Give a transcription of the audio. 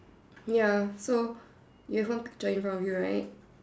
ya so there's one picture in front of you right